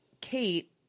Kate